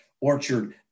Orchard